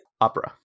Opera